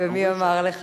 ומי אמר לך?